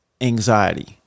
anxiety